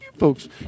Folks